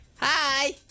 Hi